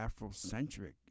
Afrocentric